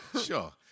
Sure